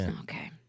Okay